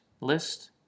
list